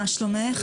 מה שלומך?